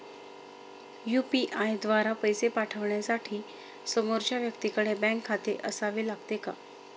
UPI द्वारा पैसे पाठवण्यासाठी समोरच्या व्यक्तीकडे बँक खाते असावे लागते का?